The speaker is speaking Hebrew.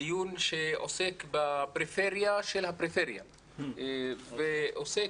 דיון שעוסק בפריפריה של הפריפריה ועוסק